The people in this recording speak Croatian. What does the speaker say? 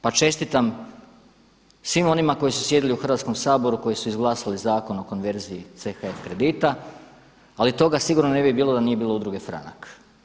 Pa čestitam svim onima koji su sjedili u Hrvatskom saboru, koji su izglasali Zakon o konverziji CHF kredita ali toga sigurno ne bi bilo da nije bilo Udruge Franak.